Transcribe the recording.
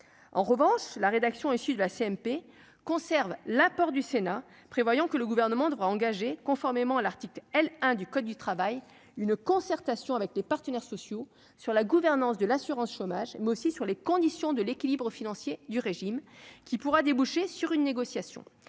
en revanche la rédaction issu de la CMP conserve l'apport du Sénat prévoyant que le gouvernement devra engager conformément à l'article L-1 du code du travail, une concertation avec les partenaires sociaux sur la gouvernance de l'assurance chômage, mais aussi sur les conditions de l'équilibre financier du régime qui pourra déboucher sur une négociation,